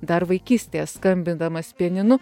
dar vaikystėje skambindamas pianinu